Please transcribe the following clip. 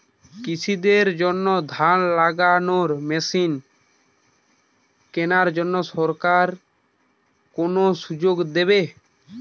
কৃষি দের জন্য ধান লাগানোর মেশিন কেনার জন্য সরকার কোন সুযোগ দেবে?